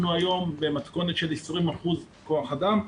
אנחנו במתכונת של 20% כח אדם.